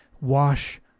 wash